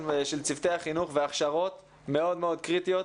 צוותי החינוך וההכשרות הן מאוד מאוד קריטיות.